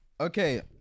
Okay